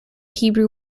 hebrew